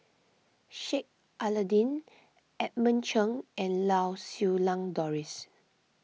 Sheik Alau'ddin Edmund Cheng and Lau Siew Lang Doris